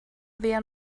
wir